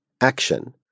action